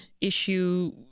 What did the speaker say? issue